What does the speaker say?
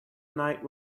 night